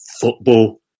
football